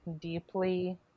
deeply